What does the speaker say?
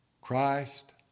Christ